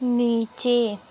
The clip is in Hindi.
नीचे